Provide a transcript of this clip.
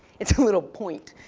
it's a little point.